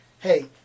hey